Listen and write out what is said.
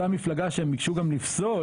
אותה מפלגה שהם ביקשו גם לפסול,